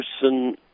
person